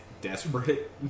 Desperate